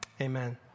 Amen